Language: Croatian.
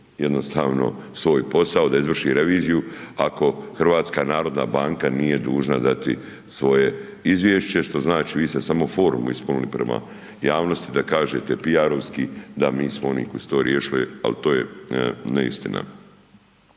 jednostavno svoj posao da izvrši reviziju ako HNB nije dužna dati svoje izvješće, što znači, vi ste samo formu ispunili prema javnosti da kažete piarovski da mi smo oni koji su to riješili, al to je neistina.